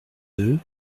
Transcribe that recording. deux